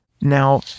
Now